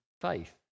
faith